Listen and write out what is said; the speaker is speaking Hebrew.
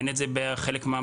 אבל אין זה בחלק מהמקומות.